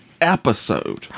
episode